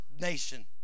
nation